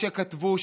שכתבו,